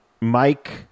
mike